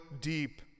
deep